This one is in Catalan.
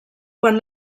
quan